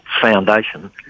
Foundation